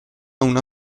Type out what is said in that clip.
una